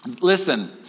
Listen